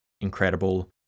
incredible